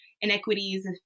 inequities